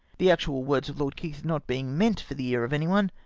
the actual words of lord keith not being meant for the ear of any one,